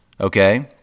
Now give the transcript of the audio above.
okay